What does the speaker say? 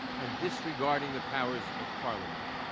and disregarding the powers of parliament.